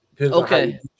okay